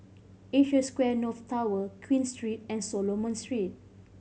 Asia Square North Tower Queen Street and Solomon Street